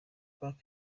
park